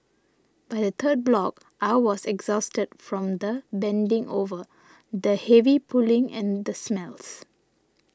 by the third block I was exhausted from the bending over the heavy pulling and the smells